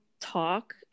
talk